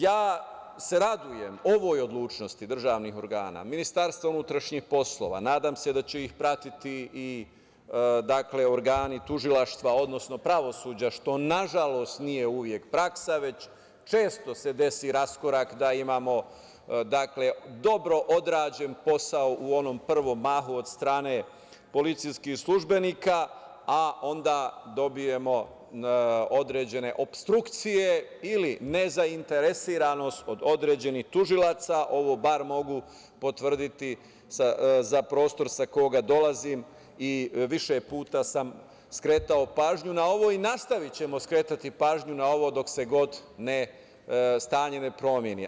Ja se radujem ovoj odlučnosti državnih organa, MUP, nadam se da će ih pratiti i organi tužilaštva, odnosno pravosuđa, što na žalost nije uvek praksa, već često se desi raskorak da imamo dobro odrađen posao u onom prvom mahu od strane policijskih službenika, a onda dobijemo određene opstrukcije ili nezainteresovanost od određenih tužilaca, ovo bar mogu potvrditi za prostor sa koga dolazim i više puta sam skretao pažnju na ovom, i nastavićemo skretati pažnju na ovo dok se god stanje ne promeni.